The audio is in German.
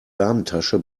damentasche